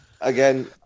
Again